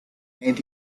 and